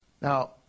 Now